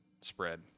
spread